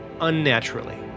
unnaturally